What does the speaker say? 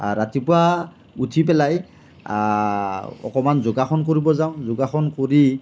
ৰাতিপুৱা উঠি পেলাই অকণমান যোগাসন কৰিবলৈ যাওঁ যোগাসন কৰি